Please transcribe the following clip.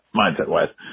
mindset-wise